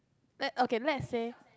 okay~ okay let say